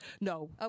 No